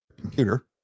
computer